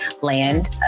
land